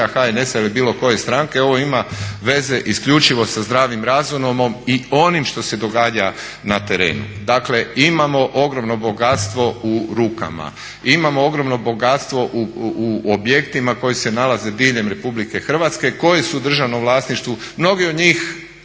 HNS-a ili bilo koje stranke, ovo ima veze isključivo sa zdravim razumom i onim što se događa na terenu. Dakle, imao ogromno bogatstvo u rukama, imamo ogromno bogatstvo u objektima koji se nalaze diljem RH koji su u državnom vlasništvu, mnogi od njih